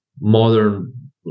modern